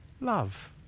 Love